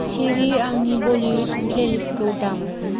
सिरि आंनि बलिउड प्लेलिस्टखौ दाम